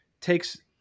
takes